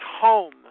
home